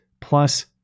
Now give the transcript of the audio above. plus